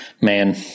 man